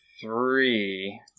three